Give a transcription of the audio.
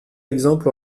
exemple